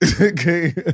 okay